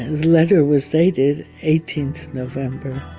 letters was dated, eighteen november,